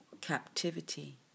captivity